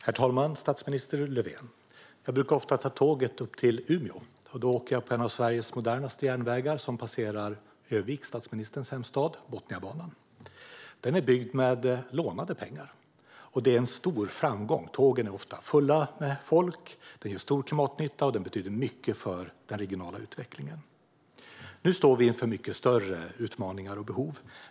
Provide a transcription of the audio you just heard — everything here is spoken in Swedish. Herr talman! Statsminister Löfven! Jag brukar ofta ta tåget upp till Umeå. Då åker jag på en av Sveriges modernaste järnvägar, Botniabanan, som passerar Örnsköldsvik, statsministerns hemstad. Den är byggd med lånade pengar, och det är en stor framgång. Tågen är ofta fulla med folk. Den gör stor klimatnytta, och den betyder mycket för den regionala utvecklingen. Nu står vi inför mycket större utmaningar och behov.